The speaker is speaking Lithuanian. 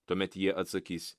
tuomet jie atsakys